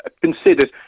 considered